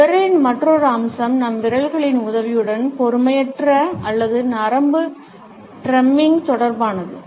விரலின் மற்றொரு அம்சம் நம் விரல்களின் உதவியுடன் பொறுமையற்ற அல்லது நரம்பு டிரம்மிங் தொடர்பானது